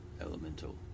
elemental